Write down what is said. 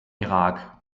irak